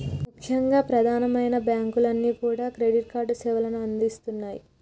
ముఖ్యంగా ప్రధానమైన బ్యాంకులన్నీ కూడా క్రెడిట్ కార్డు సేవలను అందిస్తున్నాయి